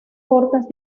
cortas